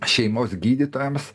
šeimos gydytojams